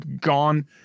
gone